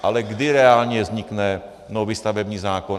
Ale kdy reálně vznikne nový stavební zákon?